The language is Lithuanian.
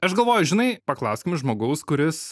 aš galvoju žinai paklauskim žmogaus kuris